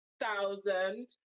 thousand